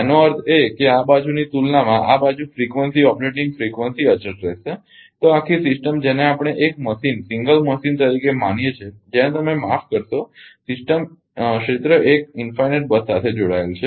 આનો અર્થ એ કે આ બાજુની તુલનામાં આ બાજુ ફ્રિકવન્સી ઓપરેટિંગ ફ્રિકવન્સી અચળ રહેશે તો આ આખી સિસ્ટમ જેને આપણે એક મશીન તરીકે માનીએ છીએ જેને તમે માફ કરશો સિસ્ટમ ક્ષેત્ર 1 અનંત બસ સાથે જોડાયેલ છે